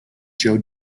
joe